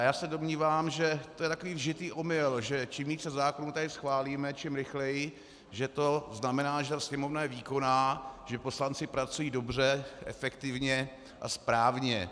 Já se domnívám, že to je takový vžitý omyl, že čím více zákonů tady schválíme, čím rychleji, že to znamená, že ta Sněmovna je výkonná, že poslanci pracují dobře, efektivně a správně.